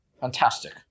Fantastic